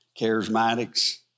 Charismatics